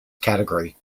category